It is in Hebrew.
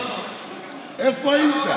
איפה היית?